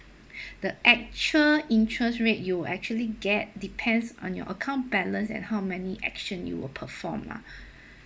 the actual interest rate you actually get depends on your account balance and how many action you will perform lah